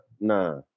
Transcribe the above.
nah